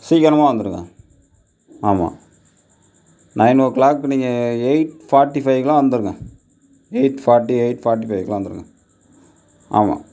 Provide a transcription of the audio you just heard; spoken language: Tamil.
சீக்கிரமாக வந்துடுங்க ஆமாம் நைன் ஓ கிளாக்குக்கு நீங்கள் எயிட் ஃபார்ட்டி ஃபைவ்க்கெல்லாம் வந்துடுங்க எயிட் ஃபார்ட்டி எயிட் ஃபார்ட்டி ஃபைவ்க்கெல்லாம் வந்துருங்க ஆமாம்